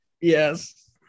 Yes